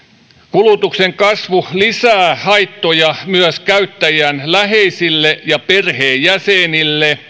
kulutuksen kasvu lisää haittoja myös käyttäjän läheisille ja perheenjäsenille